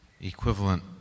equivalent